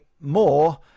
more